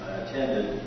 attended